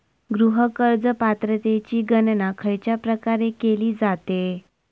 गृह कर्ज पात्रतेची गणना खयच्या प्रकारे केली जाते?